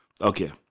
Okay